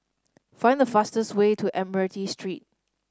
find the fastest way to Admiralty Street